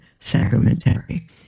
Sacramentary